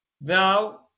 now